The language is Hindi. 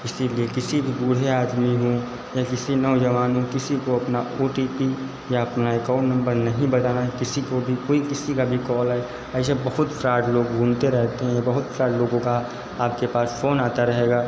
इसीलिए किसी भी बूढ़े आदमी हो या किसी नौजवान हो किसी को अपना ओ टी पी या अपना एकाउन्ट नंबर नहीं बताना है किसी को भी कोई किसी का भी कॉल आए ऐसे बहुत सारे लोग घूमते रहते हैं बहुत सारे लोगों का आपके पास फ़ोन आता रहेगा